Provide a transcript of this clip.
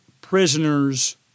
prisoners